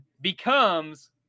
becomes